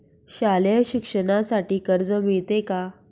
शालेय शिक्षणासाठी कर्ज मिळते का?